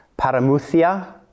paramuthia